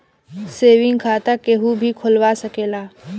saving खाता केहू भी खोलवा सकेला